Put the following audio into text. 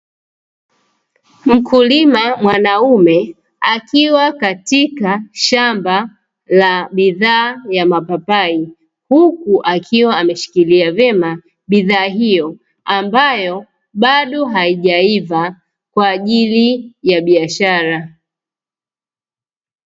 Mkulima mwanaume akiwa katika shamba la bidhaa ya mapapai, huku akiwa ameshikilia vema bidhaa hiyo, ambayo bado haijaiva kwa ajili ya biashara.